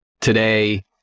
today